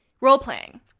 role-playing